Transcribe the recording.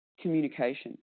communication